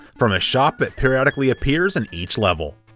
from a shop that periodically appears in each level.